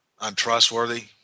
untrustworthy